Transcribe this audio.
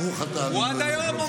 ברוך אתה ה' אלוהינו מלך